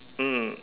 mm